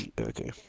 Okay